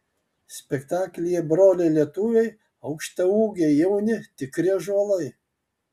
spektaklyje broliai lietuviai aukštaūgiai jauni tikri ąžuolai